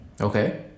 Okay